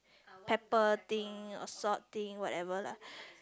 pepper things or salt thing whatever lah